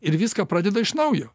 ir viską pradeda iš naujo